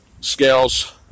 scales